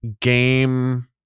game